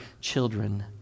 children